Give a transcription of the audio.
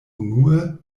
unue